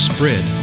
Spread